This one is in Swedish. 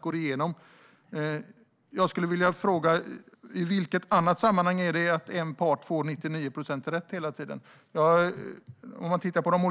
går igenom. I vilket annat sammanhang får en part rätt i 99 procent av fallen?